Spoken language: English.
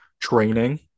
training